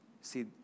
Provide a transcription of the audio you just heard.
See